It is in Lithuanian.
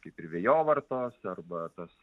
kaip ir vėjovartos arba tas